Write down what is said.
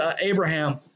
Abraham